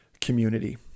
community